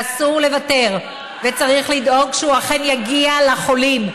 ואסור לוותר, וצריך לדאוג שהוא אכן יגיע לחולים,